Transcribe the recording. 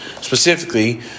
specifically